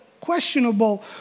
questionable